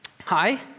Hi